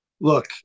Look